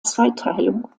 zweiteilung